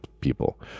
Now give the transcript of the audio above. people